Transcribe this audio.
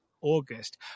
August